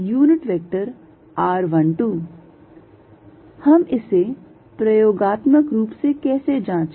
F2 14π0q1q2r122r12 हम इसे प्रयोगात्मक रूप से कैसे जांचें